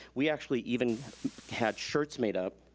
we actually even had shirts made up